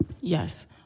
Yes